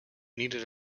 needed